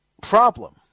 problem